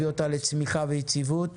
ולהביא אותה לצמיחה ויציבות.